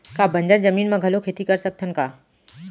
का बंजर जमीन म घलो खेती कर सकथन का?